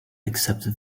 accepted